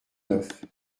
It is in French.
neuf